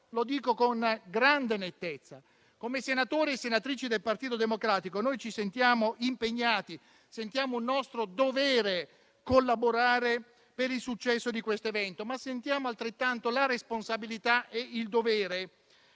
Dico con grande nettezza che, come senatori e senatrici del Partito Democratico, noi ci sentiamo impegnati, sentiamo come un nostro dovere collaborare per il successo di questo evento. Ma sentiamo altrettanto la responsabilità e il dovere